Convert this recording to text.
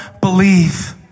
believe